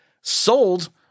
sold